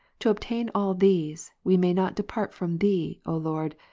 to obtain all these, we may not depart from thee, o lord,